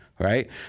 Right